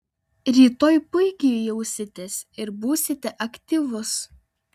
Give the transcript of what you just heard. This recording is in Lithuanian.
rytoj puikiai jausitės ir būsite aktyvus